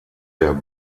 der